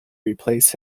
replace